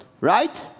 right